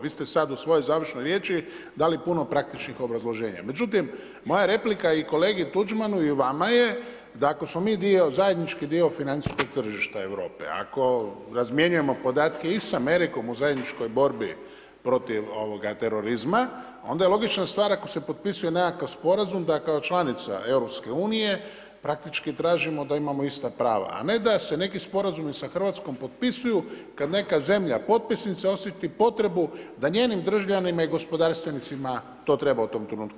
Vi ste sad u svojoj završnoj riječi dali puno praktičnih obrazloženja međutim, moja replika i kolegi Tuđmanu i vama je da ako smo mi zajednički dio financijskog tržišta Europe, ako razmjenjujemo podatke i sa Amerikom o zajedničkoj borbi protiv terorizma, onda je logična stvar ako se potpisuje nekakav sporazum da kao članica EU-a, praktički tražimo da imamo ista prava a ne da se neki sporazumi sa Hrvatskom potpisuju kad neka zemlja potpisnica osjeti potrebu da njenim državljanima i gospodarstvenicima to treba u tom trenutku.